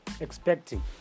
Expecting